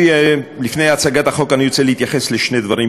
לפני הצגת החוק אני רוצה להתייחס לשני דברים,